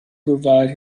provide